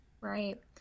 Right